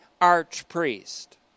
archpriest